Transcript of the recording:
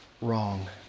Wrong